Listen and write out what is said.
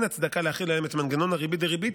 אין הצדקה להחיל עליהם את מנגנון הריבית-דריבית,